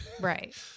Right